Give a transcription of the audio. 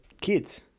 kids